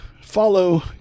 follow